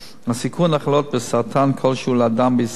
הסיכון, לאדם בישראל,